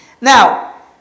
Now